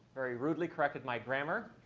very rudely corrected my grammar.